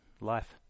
life